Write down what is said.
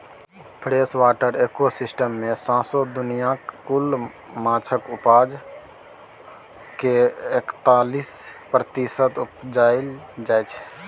freshwater ecosystem मे सौसें दुनियाँक कुल माछक उपजा केर एकतालीस प्रतिशत उपजाएल जाइ छै